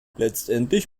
letztendlich